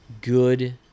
good